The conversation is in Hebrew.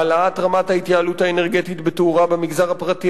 העלאת רמת ההתייעלות האנרגטית בתאורה במגזר הפרטי,